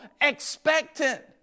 expectant